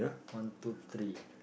one two three